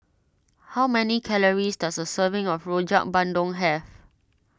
how many calories does a serving of Rojak Bandung have